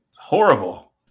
Horrible